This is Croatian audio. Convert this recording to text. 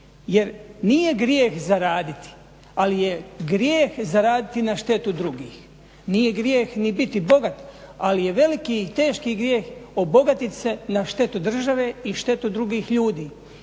jer nije grijeh zaraditi, ali je grijeh zaraditi na štetu drugih. Nije grijeh ni biti bogat, ali je veliki i teški grijeh obogatiti se na štetu države i štetu drugih ljudi,